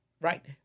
Right